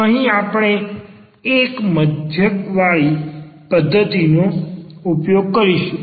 અહી આપણે I મધ્યકવાળી પધ્ધતીનો ઉપયોગ કરીશું